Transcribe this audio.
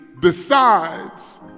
decides